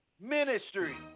ministry